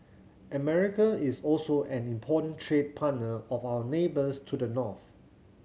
America is also an important trade partner of our neighbours to the north